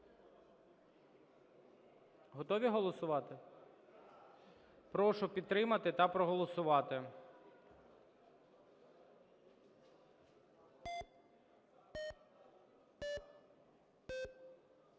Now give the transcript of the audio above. Готові голосувати? Прошу підтримати та проголосувати.